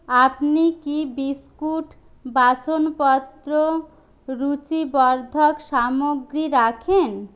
আপনি কি বিস্কুট বাসনপত্র রুচিবর্ধক সামগ্রী রাখেন